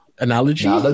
Analogy